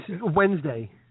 Wednesday